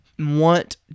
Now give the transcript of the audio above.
want